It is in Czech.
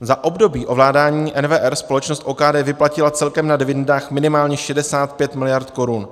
Za období ovládání NWR společnost OKD vyplatila celkem na dividendách minimálně 65 mld. korun.